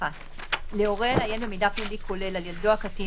(1) להורה לעיין במידע פלילי כולל על ילדו הקטין